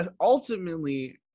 ultimately